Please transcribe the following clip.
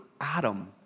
Adam